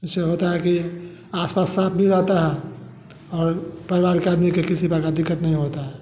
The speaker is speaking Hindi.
इससे होता है कि आस पास साफ़ भी रहता है और परिवार के आदमी के किसी प्रकार दिक़्क़त नहीं होता है